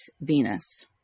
Venus